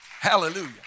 Hallelujah